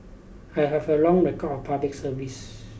I have a long record of public service